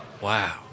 Wow